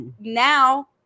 now